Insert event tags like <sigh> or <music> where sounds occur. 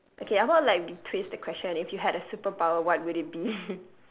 okay how about like we twist the question if you had a superpower what would it be <laughs>